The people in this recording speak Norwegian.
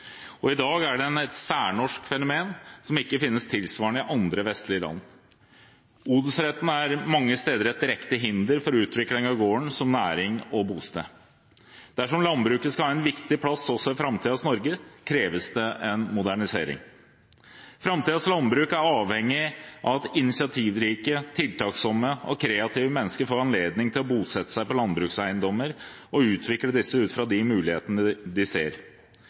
og i dag er den et særnorsk fenomen som ikke finnes tilsvarende i andre vestlige land. Odelsretten er mange steder et direkte hinder for utvikling av gården som næring og bosted. Dersom landbruket skal ha en viktig plass også i framtidens Norge, kreves det en modernisering. Framtidens landbruk er avhengig av at initiativrike, tiltaksomme og kreative mennesker får anledning til å bosette seg på landbrukseiendommer og utvikle disse ut fra de mulighetene de ser.